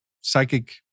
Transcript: psychic